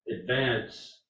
advance